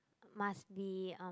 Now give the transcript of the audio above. must be um